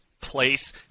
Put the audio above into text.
place